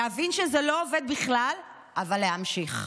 להבין שזה לא עובד בכלל אבל להמשיך,